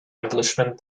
englishman